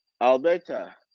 Alberta